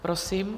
Prosím.